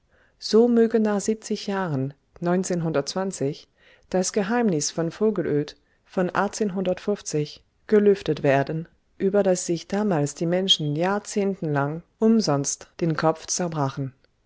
so möge nach siebzig jahren das geheimnis von vogelöd von gelüftet werden über das sich damals die menschen jahrzehntelang umsonst den kopf zerbrachen